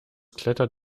klettert